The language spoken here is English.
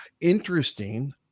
Interesting